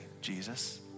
Jesus